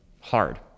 hard